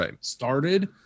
started